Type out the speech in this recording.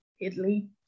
Italy